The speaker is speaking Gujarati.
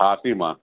છાતીમાં